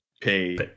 pay